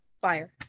fire